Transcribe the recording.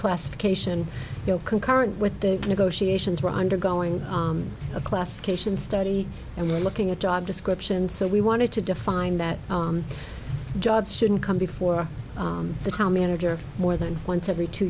reclassification concurrent with the negotiations we're undergoing a classification study and we're looking at job description so we wanted to define that job shouldn't come before the town manager more than once every two